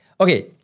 Okay